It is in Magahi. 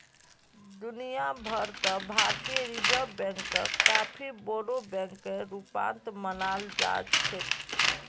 दुनिया भर त भारतीय रिजर्ब बैंकक काफी बोरो बैकेर रूपत मानाल जा छेक